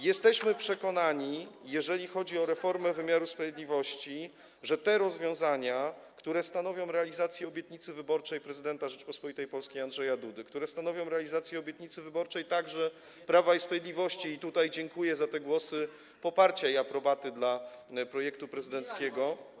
Jesteśmy przekonani, jeżeli chodzi o reformę wymiaru sprawiedliwości, że te rozwiązania, które stanowią realizację obietnicy wyborczej prezydenta Rzeczypospolitej Polskiej Andrzeja Dudy, które stanowią realizację obietnicy wyborczej także Prawa i Sprawiedliwości, i tutaj dziękuję za te głosy poparcia i aprobaty dla projektu prezydenckiego.